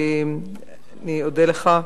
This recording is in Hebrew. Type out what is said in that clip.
אודה לך,